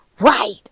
right